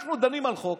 אנחנו דנים על חוק